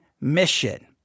mission